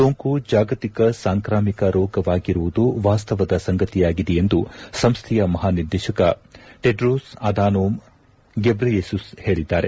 ಸೋಂಕು ಜಾಗತಿಕ ಸಾಂಕ್ರಾಮಿಕ ರೋಗವಾಗಿರುವುದು ವಾಸ್ತವದ ಸಂಗತಿಯಾಗಿದೆ ಎಂದು ಸಂಸ್ಥೆಯ ಮಹಾನಿರ್ದೇಶಕ ಟೆಡ್ರೋಸ್ ಅದಾನೋಮ್ ಗೇಬ್ರೆಯೆಸುಸ್ ಹೇಳಿದ್ದಾರೆ